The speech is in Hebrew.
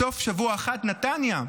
בסוף שבוע אחד, נתניה,